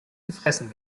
gefressen